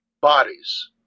Bodies